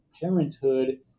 parenthood